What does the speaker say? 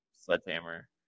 sledgehammer